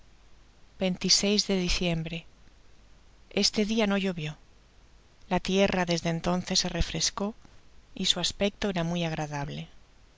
de diciembre este dia no llovió la tierra desde entonces se refrescó y su aspecto era muy agradable